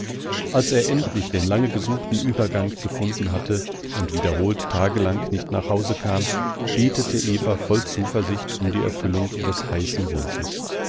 als er endlich den lange gesuchten übergang gefunden hatte und wiederholt tagelang nicht nach hause kam betete eva voll zuversicht um die erfüllung ihres heißen wunsches